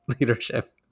leadership